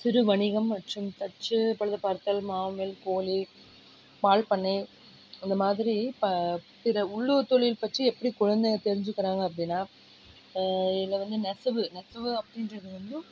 சிறு வணிகம் மற்றும் தச்சு பழுது பார்த்தல் மாவுமில் கோழி பால் பண்ணை அந்தமாதிரி ப பிற உள்ளூர் தொழில் பற்றி எப்படி குழந்தைங்க தெரிஞ்சுக்கிறாங்க அப்படினா இதில் வந்து நெசவு நெசவு அப்படின்றது வந்து